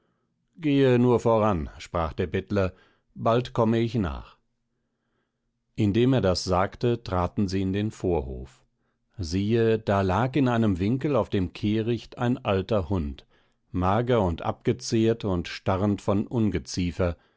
gehe nur voran sprach der bettler bald komme ich nach indem er das sagte traten sie in den vorhof siehe da lag in einem winkel auf dem kehricht ein alter hund mager und abgezehrt und starrend von ungeziefer